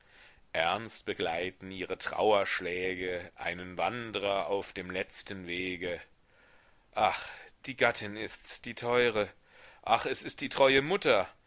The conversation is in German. ernst begleiten ihre trauerschläge einen wandrer auf dem letzten wege ach die gattin ists die teure ach es ist die treue mutter